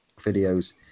videos